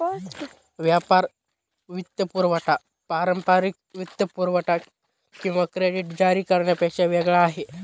व्यापार वित्तपुरवठा पारंपारिक वित्तपुरवठा किंवा क्रेडिट जारी करण्यापेक्षा वेगळा आहे